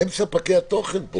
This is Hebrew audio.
איתן, הם ספקי התוכן פה.